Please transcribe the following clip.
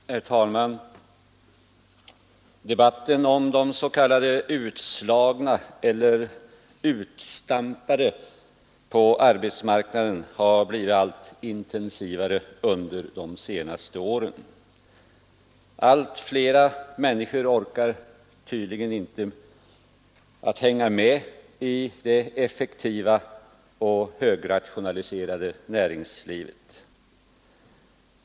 Herr talman! Debatten om de s.k. utslagna eller utstampade på arbetsmarknaden har blivit allt intensivare under de senaste åren. Allt flera människor orkar tydligen inte hänga med i det effektiva och högrationaliserade näringslivet.